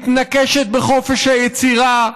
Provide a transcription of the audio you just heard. מתנקשת בחופש היצירה,